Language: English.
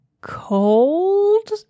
cold